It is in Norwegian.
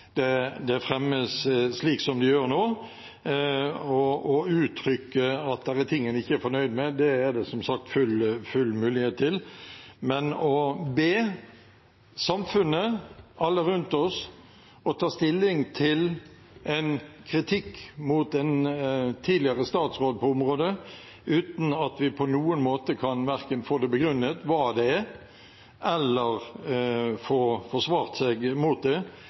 det fremmes slik som det gjør nå. Å uttrykke at det er noe en ikke er fornøyd med, er det som sagt full mulighet til, men å be samfunnet, alle rundt oss, om å ta stilling til en kritikk mot en tidligere statsråd på området uten at vi på noen måte verken kan få begrunnet hva det er, eller få forsvart oss mot det,